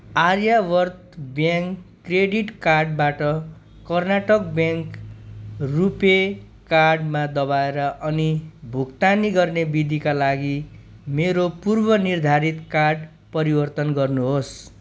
Aryavrat bank credit कार्डबाट Karnataka bank RuPay कार्डमा दबाएर अनि भुक्तानी गर्ने विधिका लागि मेरो पूर्वनिर्धारित कार्ड परिवर्तन गर्नुहोस्